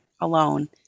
alone